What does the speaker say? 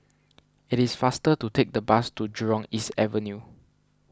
it is faster to take the bus to Jurong East Avenue